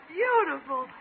beautiful